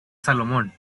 salomón